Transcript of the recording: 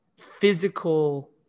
physical